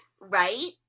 right